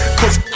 cause